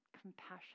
Compassion